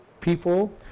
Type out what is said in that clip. people